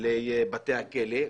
לבתי הכלא.